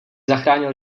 zachránil